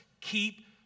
keep